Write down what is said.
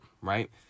right